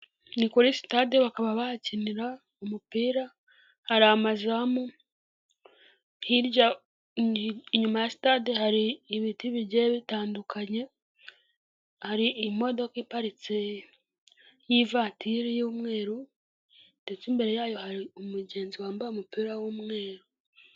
Ni kuri sitade bakaba bahakinira umupira, hari amazamu, hirya inyuma ya sitade hari ibiti bigiye bitandukanye, hari imodoka iparitse y'ivatiri y'umweru ndetse imbere yayo hari umugenzi wambaye umupira w'umweru.